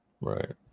Right